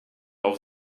auf